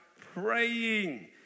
praying